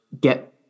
get